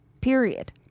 Period